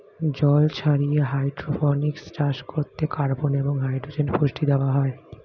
জল ছাড়িয়ে হাইড্রোপনিক্স চাষ করতে কার্বন এবং হাইড্রোজেন পুষ্টি দেয়